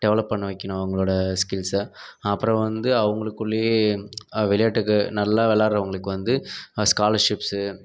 develop பண்ண வைக்கணும் அவர்களோடய ஸ்கில்ஸ்ஸை அப்புறம் வந்து அவர்களுக்குள்ளேயே விளையாட்டுக்கு நல்லா விளாடுறவங்களுக்கு வந்து ஸ்கார்ஷிப்ஸ்